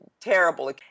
terrible